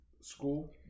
school